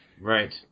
Right